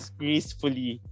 gracefully